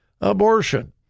abortion